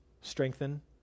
strengthen